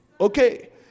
Okay